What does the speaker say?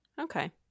okay